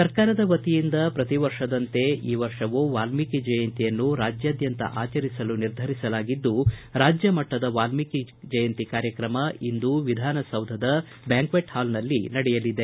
ಸರ್ಕಾರದ ವತಿಯಿಂದ ಪ್ರತಿ ವರ್ಷದಂತೆ ಈ ವರ್ಷವೂ ವಾಲ್ಮೀಕಿ ಜಯಂತಿಯನ್ನು ರಾಜ್ಯಾದ್ಯಂತ ಆಚರಿಸಲು ನಿರ್ಧರಿಸಲಾಗಿದ್ದು ರಾಜ್ಯ ಮಟ್ಟದ ವಾಲ್ಮಿಕ ಜಯಂತಿ ಕಾರ್ಯಕ್ರಮ ಇಂದು ವಿಧಾನಸೌಧದ ಬ್ಯಾಂಕ್ಷೆಟ್ ಹಾಲ್ನಲ್ಲಿ ನಡೆಯಲಿದೆ